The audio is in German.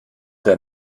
der